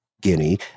Guinea